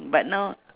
but now